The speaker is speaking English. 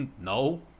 no